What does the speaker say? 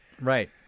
Right